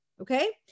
Okay